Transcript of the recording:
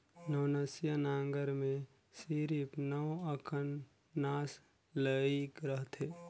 नवनसिया नांगर मे सिरिप नव अकन नास लइग रहथे